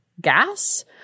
gas